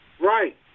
Right